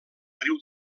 riu